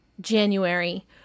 January